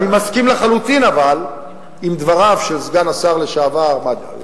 אבל אני מסכים לחלוטין עם דבריו של סגן השר לשעבר מגלי והבה,